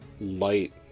light